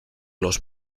los